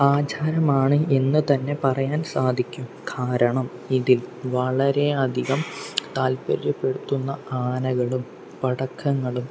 ആചാരമാണ് എന്നുതന്നെ പറയാൻ സാധിക്കും കാരണം ഇതിൽ വളരെ അധികം താല്പര്യപ്പെടുത്തുന്ന ആനകളും പടക്കങ്ങളും